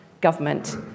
government